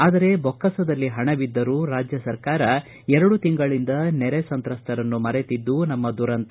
ಆದರೆ ಬೊಕ್ಕಸದಲ್ಲಿ ಹಣವಿದ್ದರೂ ರಾಜ್ಯ ಸರ್ಕಾರ ಎರಡು ತಿಂಗಳಿಂದ ನೆರೆ ಸಂತ್ರಸ್ಥರನ್ನು ಮರೆತಿದ್ದು ನಮ್ಮ ದುರಂತ